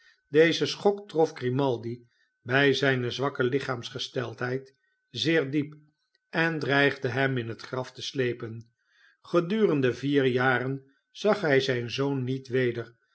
deze schok trof grimaldi bij zijne zwakke lichaamsgesteldheid zeer diep en dreigde hem in het graf te slepen gedurende vier jaren zag hi zijn zoon niet weder